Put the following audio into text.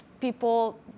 people